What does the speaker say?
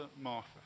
Martha